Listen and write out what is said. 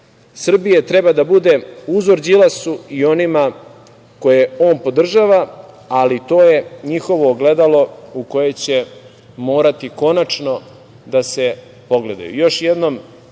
Srbije treba da bude uzor Đilasu i onima koje on podržava, ali to je njihovo ogledalo u koje će morati konačno da se pogledaju. Još